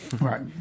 Right